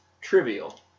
Trivial